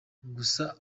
gusa